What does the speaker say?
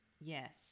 Yes